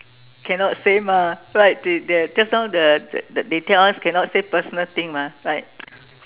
cannot say mah right they they just now the the they tell us cannot say personal thing mah right